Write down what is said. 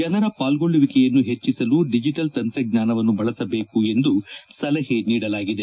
ಜನರ ಪಾಲ್ಗೊಳ್ಳುವಿಕೆಯನ್ನು ಹೆಚ್ಚಿಸಲು ದಿಜಿಟಲ್ ತಂತ್ರಜ್ಞಾನವನ್ನು ಬಳಸಬೇಕು ಎಂದು ಸಲಹೆ ನೀಡಲಾಗಿದೆ